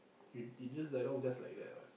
you you just died off just like that ah